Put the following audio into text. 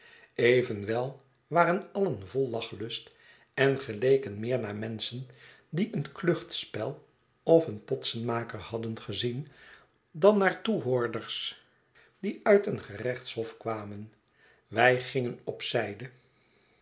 evenwel waren allen vol lachlust en geleken meer naar menschen die een kluchtspel of een potsenmaker hadden gezien dan naar toehoorders die uit een gerechtshof kwamen wij gingen op zijde